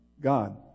God